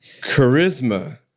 Charisma